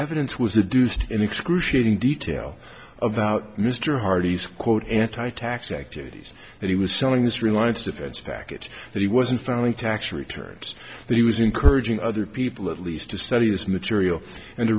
evidence was a deuced in excruciating detail about mr hardy's quote anti tax activities that he was selling this reliance defense package that he wasn't found in tax returns that he was encouraging other people at least to study this material and t